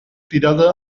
tirada